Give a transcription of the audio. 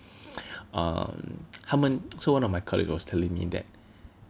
um 他们 so one of my colleagues was telling me that